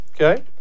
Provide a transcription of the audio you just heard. Okay